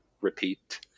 repeat